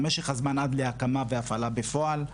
משך הזמן עד להקמה והפעלה בפועל,